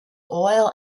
oil